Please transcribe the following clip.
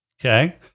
Okay